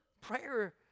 prayer